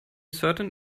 certain